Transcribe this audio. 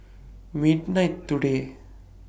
midnight today